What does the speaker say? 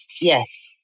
Yes